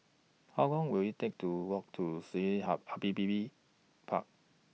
How Long Will IT Take to Walk to Sungei Api Api Park